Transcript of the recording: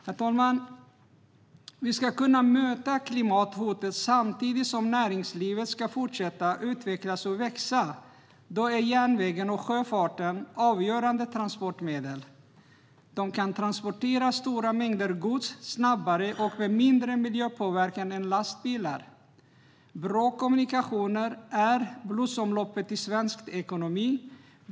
Herr talman! Ska vi kunna möta klimathotet samtidigt som näringslivet ska fortsätta att utvecklas och växa är järnvägen och sjöfarten avgörande transportmedel. De kan transportera stora mängder gods snabbare och med mindre miljöpåverkan än lastbilar. Bra kommunikationer är blodomloppet i svensk ekonomi.